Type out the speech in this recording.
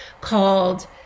called